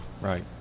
Right